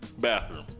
bathroom